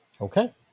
okay